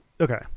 okay